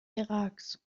iraks